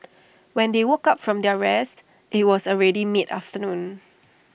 when they woke up from their rest IT was already mid afternoon